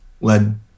led